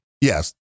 Yes